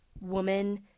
woman